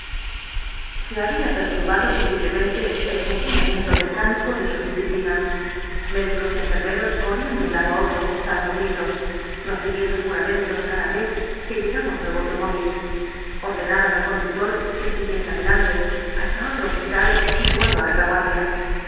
se había perturbado visiblemente el funcionamiento mecánico de su disciplina médicos y enfermeros corrían de un lado á otro dando gritos profiriendo juramentos cada vez que llegaba un nuevo automóvil ordenaban al conductor que siguiese adelante hasta otro hospital situado á retaguardia